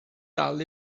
dal